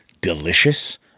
delicious